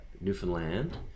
Newfoundland